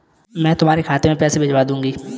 मैं तुम्हारे खाते में पैसे भिजवा दूँगी